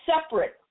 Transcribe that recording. separate